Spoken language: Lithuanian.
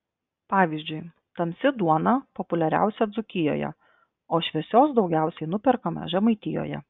pavyzdžiui tamsi duona populiariausia dzūkijoje o šviesios daugiausiai nuperkama žemaitijoje